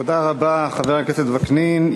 תודה רבה, חבר הכנסת וקנין.